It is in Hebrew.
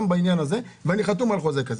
בשביל לחסום אותם בעניין הזה ואני חתום על חוזה כזה.